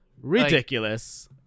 ridiculous